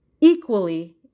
equally